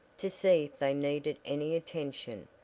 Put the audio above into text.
to see if they needed any attention,